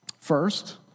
First